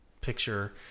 picture